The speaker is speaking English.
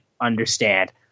understand